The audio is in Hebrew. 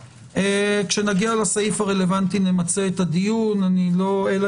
כשנגיע לסעיף הרלוונטי נמצה את הדיון אלא